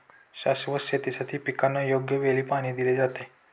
शाश्वत शेतीसाठी पिकांना योग्य वेळी पाणी दिले जाते